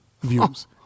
views